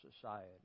society